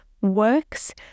works